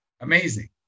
amazing